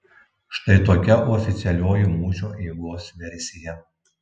štai tokia oficialioji mūšio eigos versija